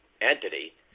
entity